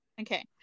Okay